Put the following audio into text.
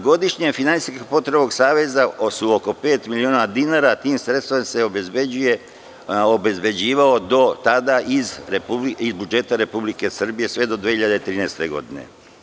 Godišnje finansijske potrebe ovog Saveza su oko pet miliona dinara i tim sredstvima se obezbeđivao do tada, odnosno iz budžeta Republike Srbije, sve do 2013. godine.